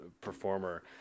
performer